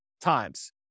times